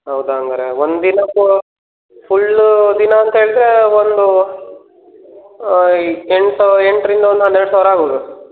ಹೌದಾ ಹಂಗಾರೆ ಒಂದು ದಿನದ್ದು ಫುಲ್ ದಿನ ಅಂತ ಹೇಳಿದ್ರೆ ಒಂದು ಎಂಟು ಸಾವಿರ ಎಂಟರಿಂದ ಒಂದು ಹನ್ನೆರಡು ಸಾವಿರ ಆಗ್ಬೌದು